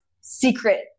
secret